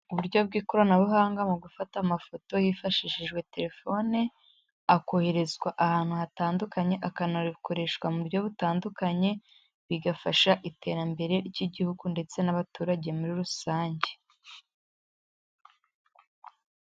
Uburyo bw'ikoranabuhanga mu gufata amafoto hifashishijwe telefone, akoherezwa ahantu hatandukanye, akanakoreshwa mu buryo butandukanye, bigafasha iterambere ry'igihugu ndetse n'abaturage muri rusange.